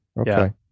Okay